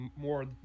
more